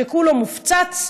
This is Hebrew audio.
שכולו מופצץ.